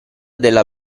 della